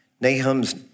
Nahum's